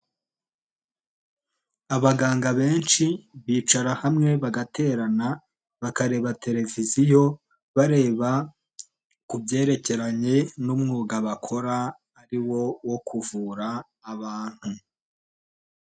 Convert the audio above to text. Abaganga benshi bicara hamwe bagaterana bakareba televiziyo, bareba ku byerekeranye n'umwuga bakora ari wo wo kuvura abantu.